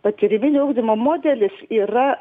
patyriminio ugdymo modelis yra